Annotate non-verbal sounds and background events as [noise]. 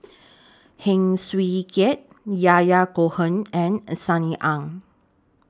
[noise] Heng Swee Keat Yahya Cohen and Sunny Ang